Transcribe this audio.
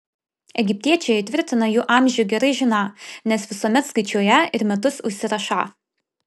egiptiečiai tvirtina jų amžių gerai žiną nes visuomet skaičiuoją ir metus užsirašą